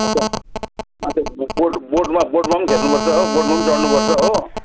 अच्छा अच्छा बोट बोटमा बोटमा पनि खेल्नुपर्छ हो बोटमा पनि चढ्नुपर्छ हो